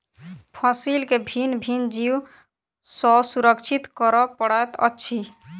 फसील के भिन्न भिन्न जीव सॅ सुरक्षित करअ पड़ैत अछि